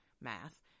math